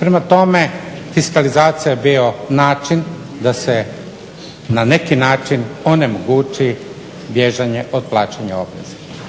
Prema tome, fiskalizacija je bio način da se na neki način onemogući bježanje od plaćanja obveze.